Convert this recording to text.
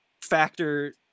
factor